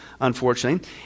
unfortunately